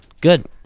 Good